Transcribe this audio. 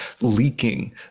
leaking